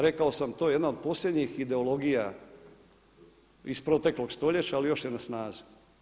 Rekao sam to je jedna od posljednjih ideologija iz proteklog stoljeća ali još je na snazi.